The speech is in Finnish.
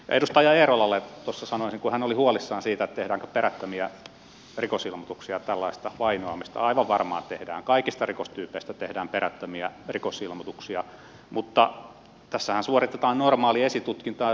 edustaja eerolalle sanoisin kun hän oli huolissaan siitä tehdäänkö perättömiä rikosilmoituksia tällaisesta vainoamisesta että aivan varmaan tehdään kaikista rikostyypeistä tehdään perättömiä rikosilmoituksia mutta tässähän suoritetaan normaali esitutkinta ja syyteharkinta